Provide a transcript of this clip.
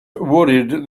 worried